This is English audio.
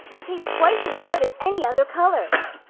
they taste twice as good as any other color.